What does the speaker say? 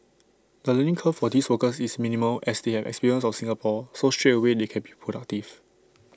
the learning curve for these workers is minimal as they have experience of Singapore so straight away they can be productive